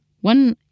one